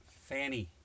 Fanny